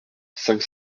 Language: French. cinq